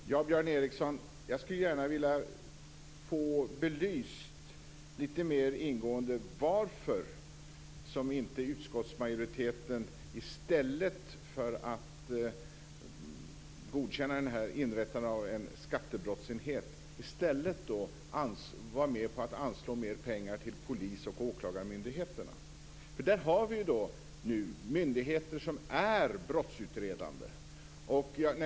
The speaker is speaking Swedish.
Herr talman! Björn Ericson! Jag skulle gärna vilja få en fråga belyst litet mer ingående: Varför anslog inte utskottsmajoriteten mer pengar till polis och åklagarmyndigheterna i stället för att godkänna inrättandet av en skattebrottsenhet? Där har vi myndigheter som är brottsutredande.